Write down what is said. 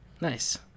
Nice